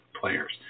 players